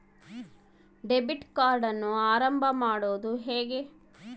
Debit ಕಾರ್ಡನ್ನು ಆರಂಭ ಮಾಡೋದು ಹೇಗೆ?